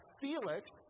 Felix